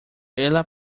ela